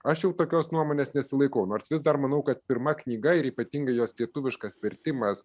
aš jau tokios nuomonės nesilaikau nors vis dar manau kad pirma knyga ir ypatingai jos lietuviškas vertimas